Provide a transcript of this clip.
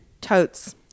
Totes